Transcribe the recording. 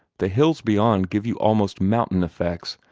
the hills beyond give you almost mountain effects,